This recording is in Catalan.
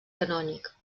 canònic